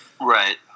Right